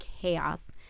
chaos